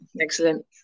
excellent